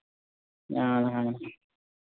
ᱟᱨ ᱦᱚᱸ